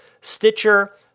stitcher